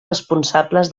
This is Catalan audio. responsables